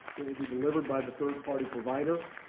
it will be delivered by the third-party provider.